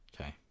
Okay